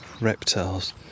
reptiles